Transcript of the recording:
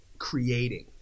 Creating